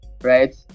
right